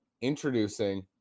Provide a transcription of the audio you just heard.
introducing